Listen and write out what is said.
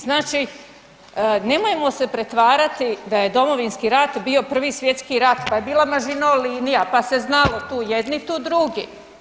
Znači nemojmo se pretvarati da je Domovinski rat bio Prvi svjetski rat pa je bila mažino linija, pa se znalo tu jedni, tu drugi.